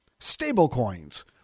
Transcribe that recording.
Stablecoins